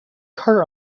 car